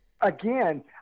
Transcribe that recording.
again